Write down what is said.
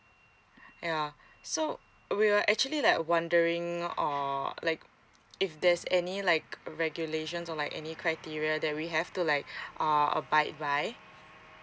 yeah so we were actually like wondering err like if there's any like regulations or like any criteria that we have to like uh abide by